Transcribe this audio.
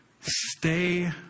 Stay